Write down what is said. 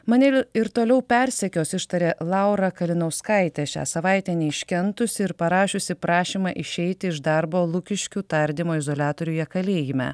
mane ir toliau persekios ištarė laura kalinauskaitė šią savaitę neiškentusi ir parašiusi prašymą išeiti iš darbo lukiškių tardymo izoliatoriuje kalėjime